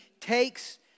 takes